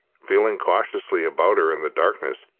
feeling cautiously about her in the darkness,